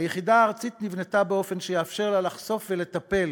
היחידה הארצית נבנתה באופן שיאפשר לה לחשוף ולטפל